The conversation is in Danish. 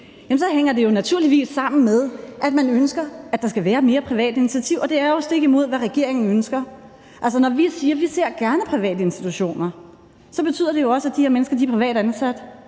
så hænger det naturligvis sammen med, at man ønsker, at der skal være mere privat initiativ. Og det er jo stik imod, hvad regeringen ønsker. Altså, når vi siger, at vi gerne ser private institutioner, så betyder det jo også, at de her mennesker er privat ansat.